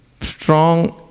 strong